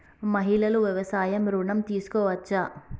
మహిళలు వ్యవసాయ ఋణం తీసుకోవచ్చా?